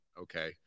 okay